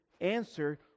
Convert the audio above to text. answer